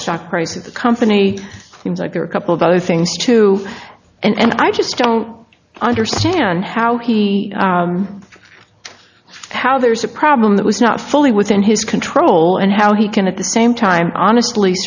stock price of the company seems like there are a couple of other things too and i just don't understand how he how there's a problem that was not fully within his control and how he can at the same time honestly